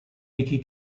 miki